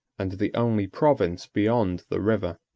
and the only province beyond the river.